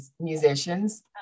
musicians